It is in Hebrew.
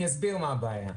אסביר את הבעיה.